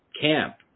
camp